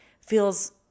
feels